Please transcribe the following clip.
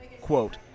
Quote